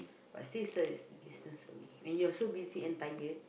but still st~ distance away when you're so buys and tired